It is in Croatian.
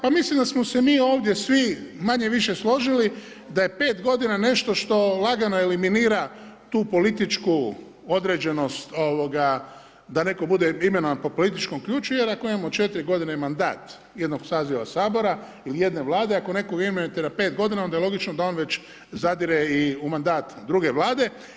Pa mislim da smo se mi ovdje svi, manje-više složili da je pet godina nešto što lagano eliminira tu političku određenost, ovoga, da netko bude imenovan po političkom ključu, jer ako imamo 4 godine mandat jednog saziva Sabora, ili jedne Vlade, ako nekoga imenujete na 5 godina, onda je logično da on već zadire i u mandat druge Vlade.